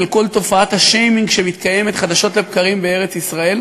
כל תופעת השיימינג שקורית חדשות לבקרים בארץ-ישראל.